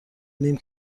نیم